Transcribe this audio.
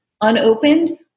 unopened